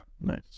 nice